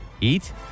Eat